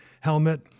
helmet